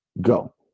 go